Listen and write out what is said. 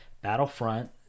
Battlefront